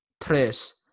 tres